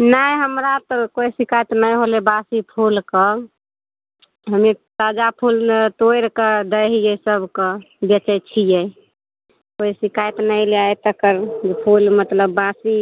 नहि हमरा तऽ कोइ शिकायत नहि होलै बासी फुलके हमे ताजा फुल तोड़ि कऽ दै हियै सबके बेचै छियै कोइ शिकायत नहि अयलै आइ तक फुल मतलब बासी